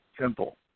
simple